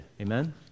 Amen